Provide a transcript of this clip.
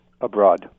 abroad